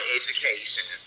education